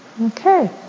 Okay